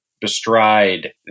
bestride